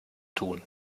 tun